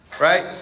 right